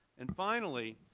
and finally,